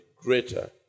greater